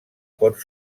pot